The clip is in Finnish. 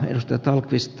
sama virhe